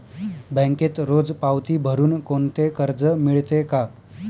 बँकेत रोज पावती भरुन कोणते कर्ज मिळते का?